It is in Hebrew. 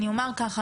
אני אומר ככה,